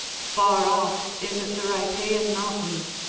far off in the rhipaean mountains,